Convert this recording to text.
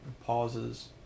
pauses